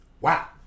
Wow